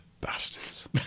bastards